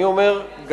אני אומר,